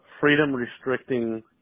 freedom-restricting